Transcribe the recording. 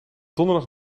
donderdag